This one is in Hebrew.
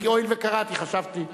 הואיל וקראתי, חשבתי,